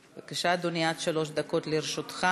בבקשה, אדוני, עד שלוש דקות לרשותך.